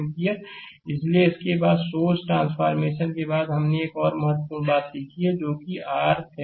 slide समय देखें 2551 इसलिए इसके बाद सोर्स ट्रांसफॉरमेशन के बाद हमने एक और महत्वपूर्ण बात सीखी है जो यह है कि RThevenin की थ्योरम है